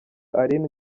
aline